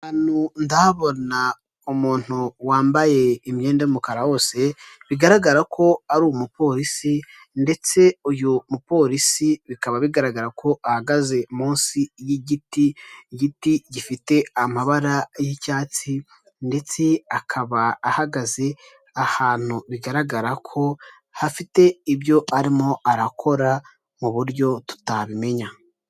Icyapa kinini cyane kigaragaza ubwiza bwa Legasi hoteli kirangira abifuza serivisi zayo, imbere yacyo hari imikindo itatu umwe ukaba usa naho wihishe hagaragara amababi yawo, indi ibiri umwe urakuze undi uracyari muto.